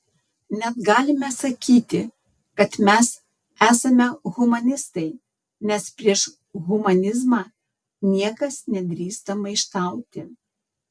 net galime sakyti kad mes esame humanistai nes prieš humanizmą niekas nedrįsta maištauti